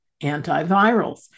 antivirals